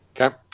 Okay